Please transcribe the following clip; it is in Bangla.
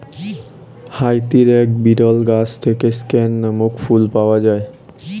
হাইতির এক বিরল গাছ থেকে স্ক্যান নামক ফুল পাওয়া যায়